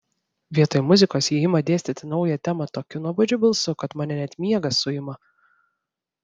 vietoj muzikos ji ima dėstyti naują temą tokiu nuobodžiu balsu kad mane net miegas suima